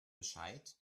bescheid